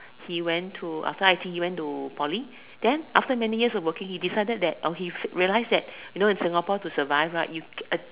he went to after I_T_E he went to Poly then after many years of working he decided that or he realise that you know in Singapore to survive right you